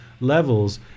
levels